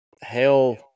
Hell